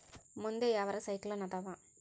ಮುಂದೆ ಯಾವರ ಸೈಕ್ಲೋನ್ ಅದಾವ?